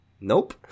Nope